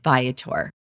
Viator